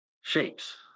shapes